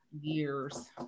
years